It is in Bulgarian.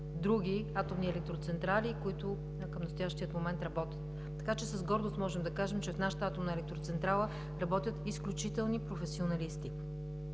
други атомни електроцентрали, които към настоящия момент работят. С гордост можем да кажем, че в нашата атомна електроцентрала работят изключителни професионалисти,